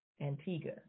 Antigua